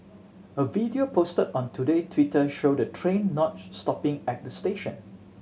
a video posted on Today Twitter showed the train not stopping at the station